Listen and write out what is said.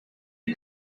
een